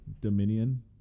Dominion